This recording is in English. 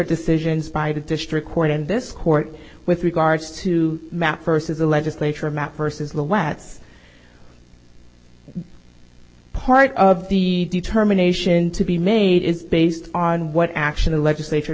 decisions by the district court in this court with regards to map versus the legislature map versus the last part of the determination to be made is based on what action the legislature